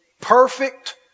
perfect